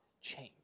change